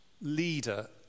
leader